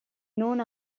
non